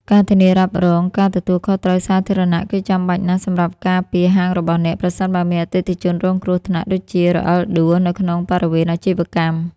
ការធានារ៉ាប់រងការទទួលខុសត្រូវសាធារណៈ គឺចាំបាច់ណាស់សម្រាប់ការពារហាងរបស់អ្នក ប្រសិនបើមានអតិថិជនរងគ្រោះថ្នាក់ (ដូចជា រអិលដួល) នៅក្នុងបរិវេណអាជីវកម្ម។